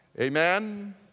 Amen